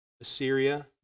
Assyria